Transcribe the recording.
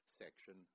section